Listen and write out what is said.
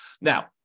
Now